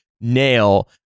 nail